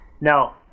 No